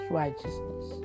righteousness